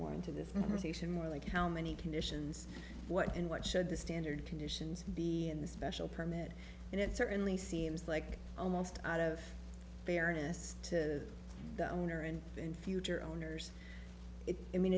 more into this position more like how many conditions what and what should the standard conditions be and the special permit and it certainly seems like almost out of fairness to the owner and and future owners i mean